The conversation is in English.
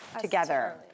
Together